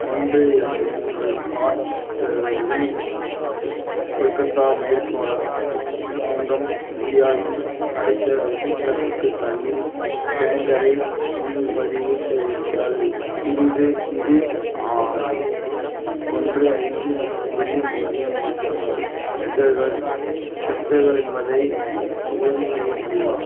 ஒன்று இரண்டு மூன்று பார்க் ஸ்டேரிங் டு கொல்கத்தா மேற்கு வளம் வங்கம் இந்தியா இல் அடுத்த வெள்ளிக்கிழமைக்கு தண்ணீர் டேங்கரை முன்பதிவு செய்தல் இன்று இது ஒன்று ஐந்து பூஜ்ஜியம் பூஜ்ஜியம் பூஜ்ஜியம் ஒன்று லிட்டர்கள் லிட்டர்கள் என்பதை உறுதி செய்ய முடியுமா